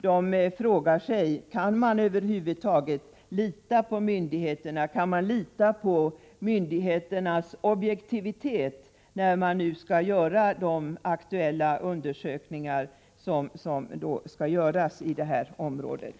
De frågar sig: Kan man över huvud taget lita på myndigheterna, kan man lita på myndigheternas objektivitet, när dessa undersökningar skall göras i området?